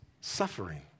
suffering